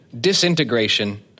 Disintegration